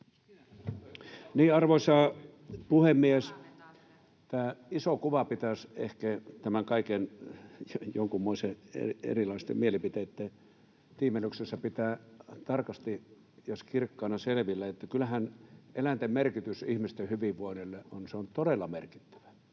Arvoisa puhemies! Tämä iso kuva pitäisi ehkä näiden kaikkien erilaisten mielipiteitten tiimellyksessä pitää tarkasti ja kirkkaana selvillä. Kyllähän eläinten merkitys ihmisten hyvinvoinnille on todella merkittävä.